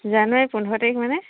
জানুৱাৰী পোন্ধৰ তাৰিখ মানে